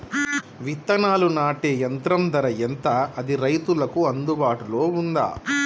విత్తనాలు నాటే యంత్రం ధర ఎంత అది రైతులకు అందుబాటులో ఉందా?